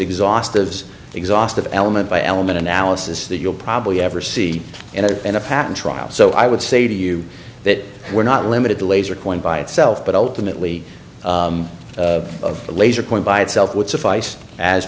exhaustive exhaustive element by element analysis that you'll probably ever see in a in a patent trial so i would say to you that we're not limited to laser coined by itself but ultimately of the laser point by itself would suffice as